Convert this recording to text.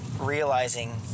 realizing